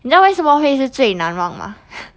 你知道为什么会是最难忘吗